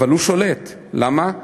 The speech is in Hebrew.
אבל הוא שולט, למה?